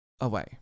away